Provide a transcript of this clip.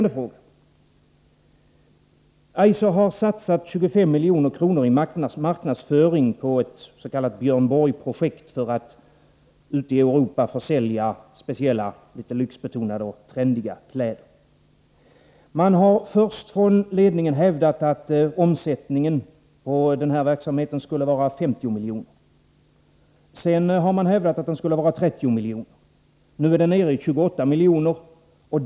Eiser har satsat 25 milj.kr. i marknadsföring på ett s.k. Björn Borg-projekt, för att ute i Europa försälja speciella, litet lyxbetonade och trendiga kläder. Man har från ledningens sida först hävdat att omsättningen på denna verksamhet skulle vara 50 miljoner och sedan hävdat att den skulle vara 30 miljoner. Nu är den nere i 28 miljoner.